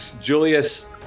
Julius